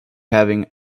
having